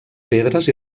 pedres